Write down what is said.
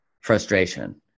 frustration